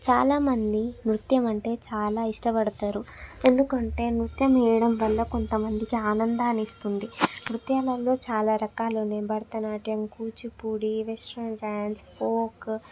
చాలా మంది నృత్యం అంటే చాలా ఇష్టపడతారు ఎందుకంటే నృత్యం వేయడం వల్ల కొంతమందికి ఆనందాన్ని ఇస్తుంది నృత్యాలలో చాలా రకాలనే Bharatanatyam Kuchipudi western dance folk